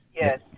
yes